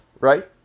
right